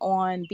on